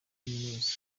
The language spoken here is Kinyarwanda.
kaminuza